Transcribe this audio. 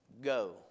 go